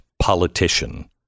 politician